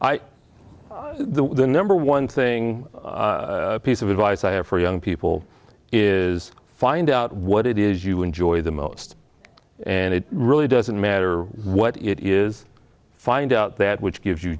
of the number one thing piece of advice for young people is find out what it is you enjoy the most and it really doesn't matter what it is find out that which gives you